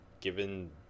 given